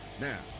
Now